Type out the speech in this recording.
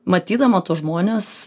matydama tuos žmones